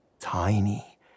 Tiny